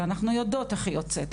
ואנחנו יודעות איך היא יוצאת,